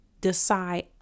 decide